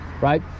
right